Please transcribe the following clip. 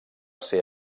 ser